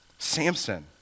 Samson